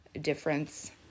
difference